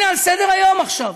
הנה, על סדר-היום עכשיו,